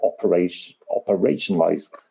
operationalise